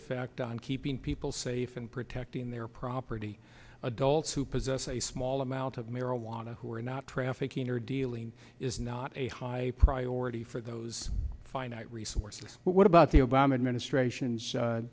effect on keeping people safe and protecting their property adults who possess a small amount of marijuana who are not trafficking or dealing is not a high priority for those finite resources but what about the obama administration's